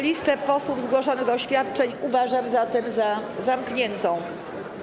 Listę posłów zgłoszonych do oświadczeń uważam zatem za zamkniętą.